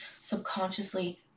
subconsciously